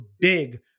big